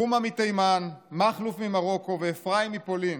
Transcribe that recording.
רומה מתימן, מכלוף ממרוקו ואפרים מפולין,